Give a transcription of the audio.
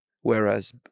Whereas